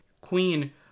Queen